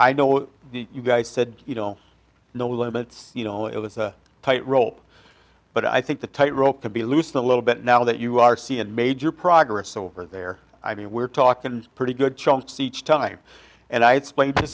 i know you guys said you know no limits you know it's a tight rope but i think the tight rope to be loosened a little bit now that you are seeing major progress over there i mean we're talking pretty good chunks each time and i explained to